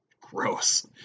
gross